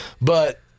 But-